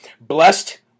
Blessed